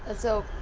ah so.